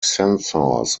sensors